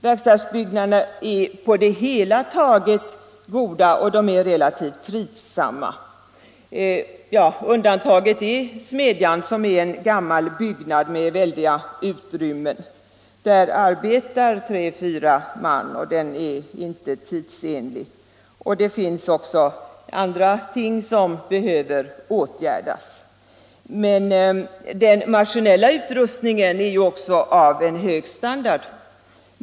Verkstadsbyggnaderna är på det hela taget goda och relativt trivsamma. Undantaget är smedjan, som är inrymd i en gammal byggnad med väldiga utrymmen. Där arbetar tre fyra man och smedjan är inte tidsenlig. Det finns också en hel del annat som behöver åtgärdas, men den maskinella utrustningen är av god standard.